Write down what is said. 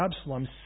Absalom